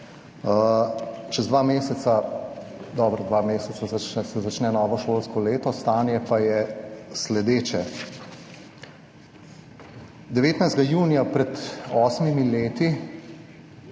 Čez dva meseca, dobra dva meseca se začne novo šolsko leto, stanje pa je sledeče. 19. junija pred osmimi leti,